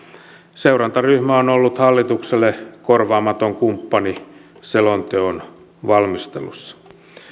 seurantaryhmä on ollut hallitukselle korvaamaton kumppani selonteon valmistelussa